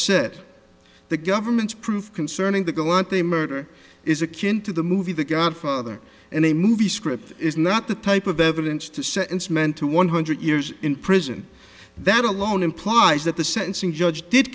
said the government's proof concerning the go on a murder is akin to the movie the godfather and a movie script is not the type of evidence to sentence men to one hundred years in prison that alone implies that the sentencing judge did